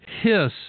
hiss